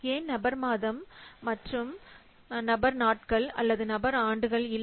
ஏன் person month மற்றும் person days அல்லது பர்ஸன் இயர்ஸ் இல்லை